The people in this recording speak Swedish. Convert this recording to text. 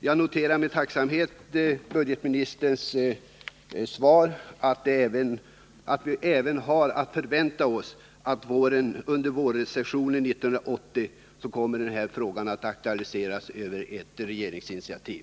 Jag noterar med tacksamhet budgetministerns besked att vi även har att förvänta oss att den här frågan under våren 1980 kommer att aktualiseras över ett regeringsinitiativ.